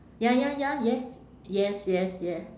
ya ya ya yes yes yes yeah